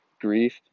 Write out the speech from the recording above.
grief